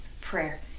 prayer